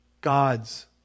God's